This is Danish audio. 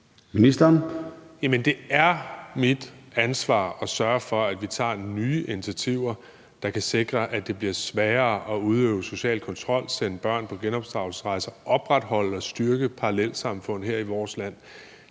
det er mit ansvar at sørge for, at vi tager nye initiativer, der kan sikre, at det bliver sværere at udøve social kontrol, sende børn på genopdragelsesrejser og at opretholde og styrke parallelsamfund her i vores land